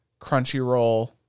Crunchyroll